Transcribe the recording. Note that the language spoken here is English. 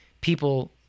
people